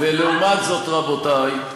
רבותי,